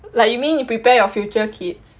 like you mean you prepare your future kids